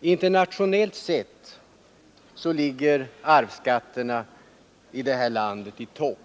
Internationellt sett ligger arvsskatterna i det här landet i topp.